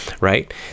right